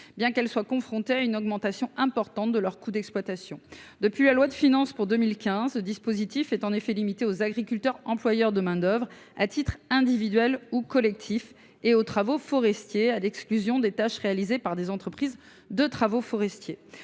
alors qu’elles sont confrontées à une augmentation importante de leurs coûts d’exploitation. En effet, depuis la loi de finances pour 2015, ce dispositif est limité aux agriculteurs employeurs de main d’œuvre à titre individuel ou collectif et aux travaux forestiers, « à l’exclusion des tâches réalisées par des entreprises de travaux forestiers